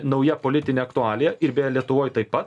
nauja politine aktualija ir beje lietuvoj taip pat